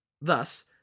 Thus